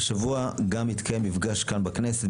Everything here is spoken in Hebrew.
השבוע גם התקיים מפגש כאן בכנסת,